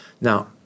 Now